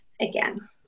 again